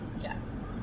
Yes